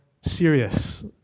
serious